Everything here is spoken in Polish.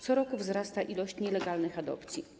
Co roku wzrasta liczba nielegalnych adopcji.